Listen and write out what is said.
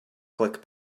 click